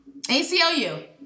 aclu